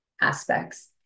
aspects